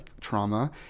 trauma